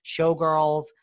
showgirls